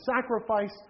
sacrifice